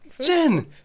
jen